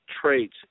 traits